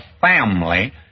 family